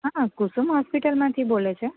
હા કુસુમ હોસ્પિટલમાંથી બોલે છે